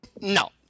no